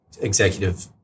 executive